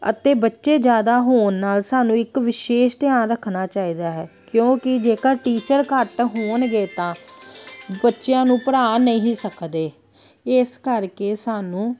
ਅਤੇ ਬੱਚੇ ਜ਼ਿਆਦਾ ਹੋਣ ਨਾਲ ਸਾਨੂੰ ਇੱਕ ਵਿਸ਼ੇਸ਼ ਧਿਆਨ ਰੱਖਣਾ ਚਾਹੀਦਾ ਹੈ ਕਿਉਂਕਿ ਜੇਕਰ ਟੀਚਰ ਘੱਟ ਹੋਣਗੇ ਤਾਂ ਬੱਚਿਆਂ ਨੂੰ ਪੜ੍ਹਾ ਨਹੀਂ ਸਕਦੇ ਇਸ ਕਰਕੇ ਸਾਨੂੰ